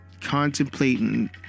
contemplating